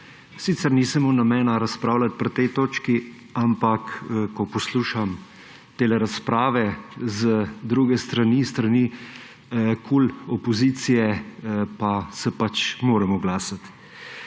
Sicer nisem imel namena razpravljati pri tej točki, ampak ko poslušam te razprave z druge strani, s strani opozicije KUL, pa se pač moram oglasiti.